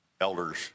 elders